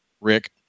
Rick